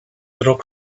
little